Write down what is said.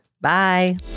bye